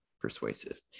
persuasive